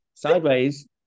Sideways